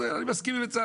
אני מסכים עם בצלאל,